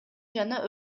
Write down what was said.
жана